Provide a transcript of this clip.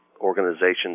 organizations